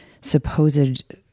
supposed